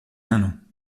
ano